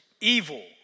evil